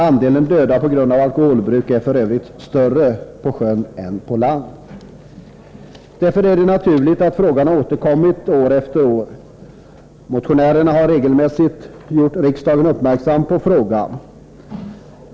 Andelen döda på grund av alkoholbruk är f. ö. större på sjön än på land. Därför är det naturligt att frågan har återkommit år efter år. Motionärerna har regelbundet gjort riksdagen uppmärksam på frågan.